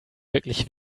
wirklich